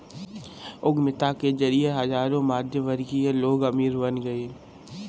उद्यमिता के जरिए हजारों मध्यमवर्गीय लोग अमीर बन गए